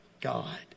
God